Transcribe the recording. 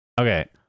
okay